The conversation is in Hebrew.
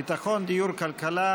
ביטחון דיור וכלכלה,